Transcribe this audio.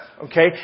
Okay